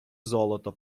золото